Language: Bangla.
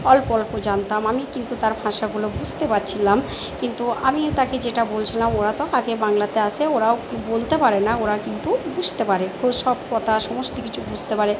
অল্প অল্প জানতাম আমি কিন্তু তার ভাষাগুলো বুঝতে পারছিলাম কিন্তু আমিও তাকে যেটা বলছিলাম ওরা তো আগে বাংলাতে আসে ওরাও বলতে পারে না ওরা কিন্তু বুঝতে পারে খুব সব কথা সমস্ত কিছু বুঝতে পারে